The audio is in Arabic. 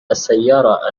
السيارة